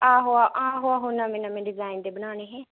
आहो आहो आहो नमें नमें डिजाइन दे बनाने हे